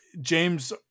James